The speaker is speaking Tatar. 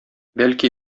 бәлки